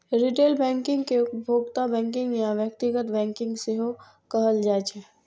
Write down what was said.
retail banking कें उपभोक्ता banking या व्यक्तिगत बैंकिंग सेहो कहल जाइ छै